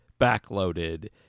backloaded